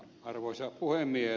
arvoisa puhemies